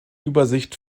übersicht